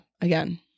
again